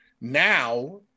Now